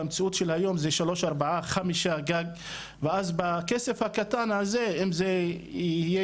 במציאות של היום 3,4,5 גג ואז בכסף הקטן הזה אם זה יהיה